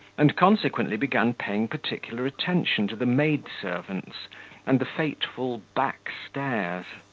and consequently began paying particular attention to the maidservants and the fateful back stairs'